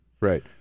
Right